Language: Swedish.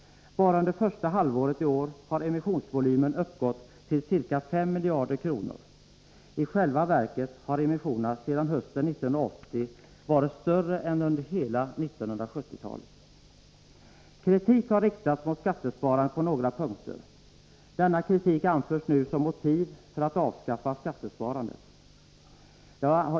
Bara under första halvåret i år har emissionsvolymen uppgått till ca 5 miljarder kronor. I själva verket har emissionerna sedan hösten 1980 varit större än under hela 1970-talet. Kritik har riktats mot skattesparandet på några punkter. Denna kritik anförs nu som motiv för att avskaffa skattesparandet.